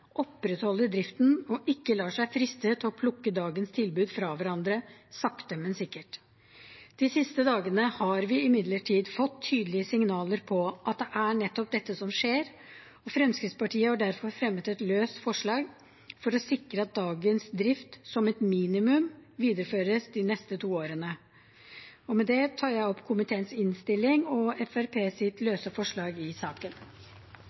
driften og ikke lar seg friste til å plukke dagens tilbud fra hverandre sakte, men sikkert. De siste dagene har vi imidlertid fått tydelige signaler om at det er nettopp dette som skjer, og Fremskrittspartiet har derfor fremmet et løst forslag for å sikre at dagens drift som et minimum videreføres de neste to årene. Med det legger jeg frem komiteens innstilling og tar opp Fremskrittspartiet løse forslag i saken.